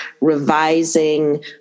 revising